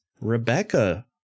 Rebecca